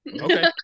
okay